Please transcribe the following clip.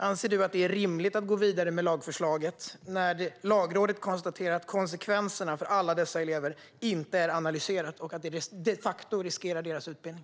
Anser du att det är rimligt att gå vidare med lagförslaget när Lagrådet konstaterar att konsekvenserna för alla dessa elever inte är analyserade och när förslaget de facto riskerar deras utbildning?